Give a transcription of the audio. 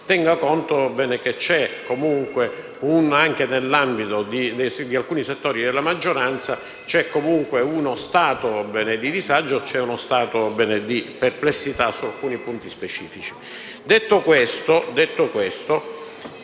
tenga conto del fatto che c'è, anche nell'ambito di alcuni settori della maggioranza, uno stato di disagio e di perplessità su alcuni punti specifici.